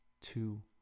two